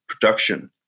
production